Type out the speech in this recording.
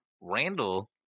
Randall